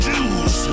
Jews